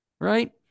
right